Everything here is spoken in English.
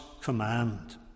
command